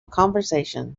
conversation